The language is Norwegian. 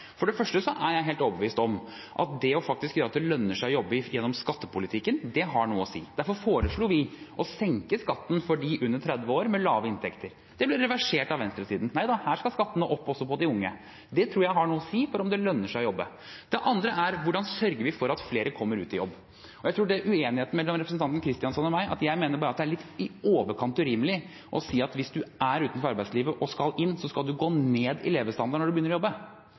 For det første er jeg helt overbevist om at det å sørge for at det faktisk lønner seg å jobbe, gjennom skattepolitikken, har noe å si. Derfor foreslo vi å senke skatten for dem under 30 år med lave inntekter. Det ble reversert av venstresiden – nei da, her skal skattene opp også for de unge. Det tror jeg har noe å si for om det lønner seg å jobbe. Det andre er: Hvordan sørger vi for at flere kommer ut i jobb? Jeg tror uenigheten mellom representanten Kristjánsson og meg er at jeg mener bare at det er litt i overkant urimelig å si at hvis man er utenfor arbeidslivet og skal inn, skal man gå ned i levestandard når man begynner å jobbe.